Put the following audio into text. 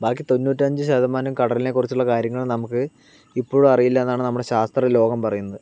ബാക്കി തൊണ്ണൂറ്റഞ്ചു ശതമാനം കടലിനെ കുറിച്ചുള്ള കാര്യങ്ങൾ നമുക്ക് ഇപ്പോഴും അറിയില്ല എന്നാണ് നമ്മുടെ ശാസ്ത്രലോകം പറയുന്നത്